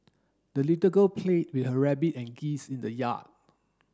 the little girl played with her rabbit and geese in the yard